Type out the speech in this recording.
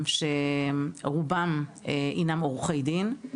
שרובם הם עורכי דין.